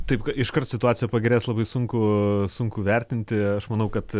taip iškart situacija pagerės labai sunku sunku vertinti aš manau kad